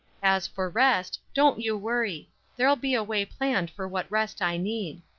as for rest, don't you worry there'll be a way planned for what rest i need.